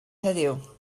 heddiw